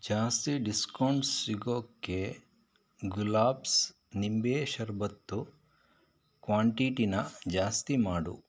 ಜಾಸ್ತಿ ಡಿಸ್ಕೌಂಟ್ಸ್ ಸಿಗೋಕೆ ಗುಲಾಬ್ಸ್ ನಿಂಬೆ ಶರಬತ್ತು ಕ್ವಾಂಟಿಟಿನ ಜಾಸ್ತಿ ಮಾಡು